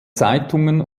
zeitungen